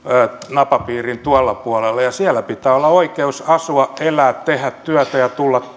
napapiirin tuolla puolella ja siellä pitää olla oikeus asua elää tehdä työtä ja tulla